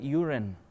urine